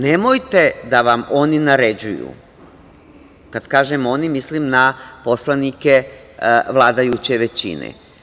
Nemojte da vam oni naređuju, kad kažem oni, mislim na poslanike vladajuće većine.